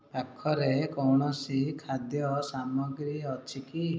ପାଖରେ କୌଣସି ଖାଦ୍ୟ ସାମଗ୍ରୀ ଅଛି କି